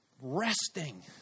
resting